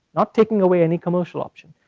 not taking away any commercial option,